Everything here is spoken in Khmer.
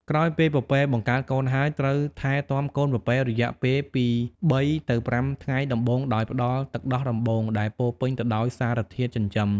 ក្រោយពេលពពែបង្កើតកូនហើយ ត្រូវថែទាំកូនពពែរយៈពេលពីបីទៅប្រាំថ្ងៃដំបូងដោយផ្តល់ទឹកដោះដំបូង ដែលពោរពេញទៅដោយសារធាតុចិញ្ចឹម។